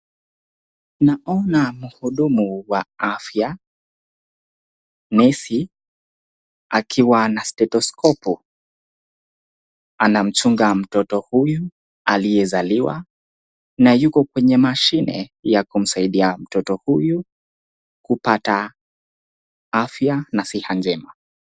Naona mhudumu wa afya, nasi akiwa na stethoscopu anamchunga mtoto huyu aliyezaliwa na yuko kwenye mashini ya kumsaidia mtoto huyu kupata afya na siha njema.